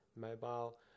mobile